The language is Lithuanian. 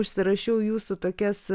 užsirašiau jūsų tokias